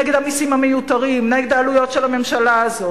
נגד המסים המיותרים, נגד העלויות של הממשלה הזאת.